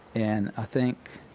and i think,